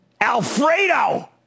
Alfredo